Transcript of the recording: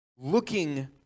looking